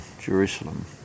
Jerusalem